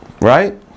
Right